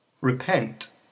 Repent